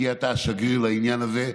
תהיה אתה השגריר לעניין הזה,